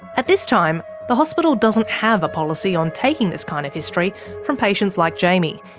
at this time the hospital doesn't have a policy on taking this kind of history from patients like jaimie,